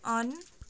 on